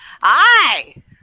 hi